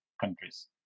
countries